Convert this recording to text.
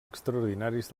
extraordinaris